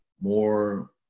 more